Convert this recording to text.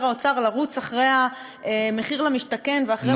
האוצר לרוץ אחרי המחיר למשתכן ואחרי המחיר לדיור,